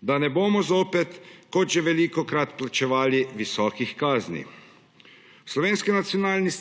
da ne bomo zopet kot že velikokrat plačevali visokih kazni. V SNS